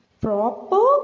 proper